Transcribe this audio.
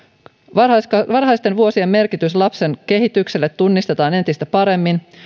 varhaisten varhaisten vuosien merkitys lapsen kehitykselle tunnistetaan entistä paremmin